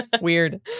weird